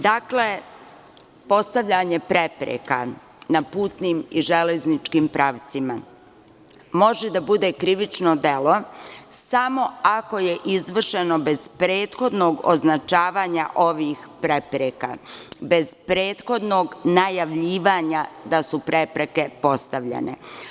Dakle, postavljanje prepreka na putnim i železničkim pravcima može da bude krivično delo samo ako je izvršeno bez prethodnog označavanja ovih prepreka, bez prethodnog najavljivanja da su prepreke postavljene.